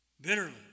Bitterly